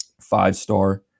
five-star